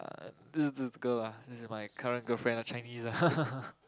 this this girl ah this my current girlfriend ah Chinese ah